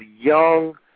young